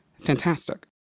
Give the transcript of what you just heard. fantastic